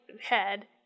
head